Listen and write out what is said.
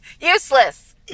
Useless